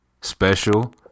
Special